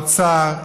האוצר,